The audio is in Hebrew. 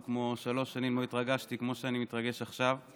כמו שלוש שנים לא התרגשתי כמו שאני מתרגש עכשיו.